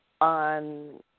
on